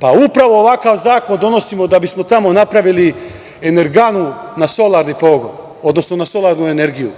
Pa, upravo ovakav zakon donosimo da bismo tamo napravili energanu na solarni pogon, odnosno na solarnu energiju,